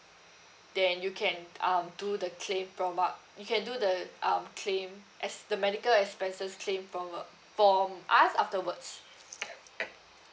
then you can um do the claim from u~ you can do the um claim ex~ the medical expenses claim from from us afterwards